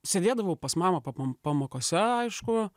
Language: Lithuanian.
sėdėdavau pas mamą papam pamokose aišku